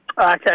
Okay